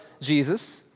Jesus